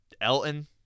Elton